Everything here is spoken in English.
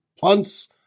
punts